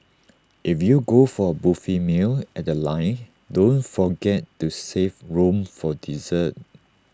if you go for A buffet meal at The Line don't forget to save room for dessert